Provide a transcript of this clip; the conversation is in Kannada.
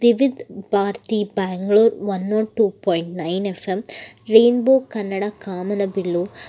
ವಿವಿಧ Bharati Bengaluru one one two point nine F M rainbow Kannada ಕಾಮನಬಿಲ್ಲು